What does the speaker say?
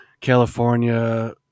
California